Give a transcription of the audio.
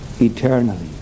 eternally